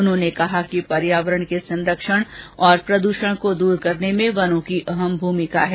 उन्होंने कहा कि पर्यावरण के संरक्षण और प्रदूषण को दूर करने में वनों की अहम भूमिका है